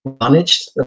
managed